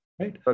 Right